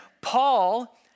Paul